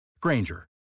Granger